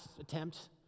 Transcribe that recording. attempt